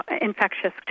infectious